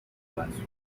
محسوب